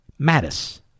Mattis